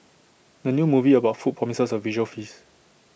the new movie about food promises A visual feast